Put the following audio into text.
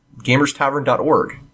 gamerstavern.org